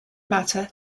matter